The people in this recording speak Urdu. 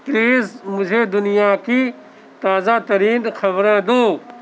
پلیز مجھے دنیا کی تازہ ترین خبریں دو